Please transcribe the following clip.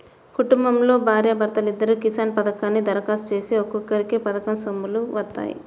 కుటుంబంలో భార్యా భర్తలిద్దరూ కిసాన్ పథకానికి దరఖాస్తు చేసినా ఒక్కరికే పథకం సొమ్ములు వత్తాయి